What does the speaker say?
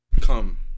come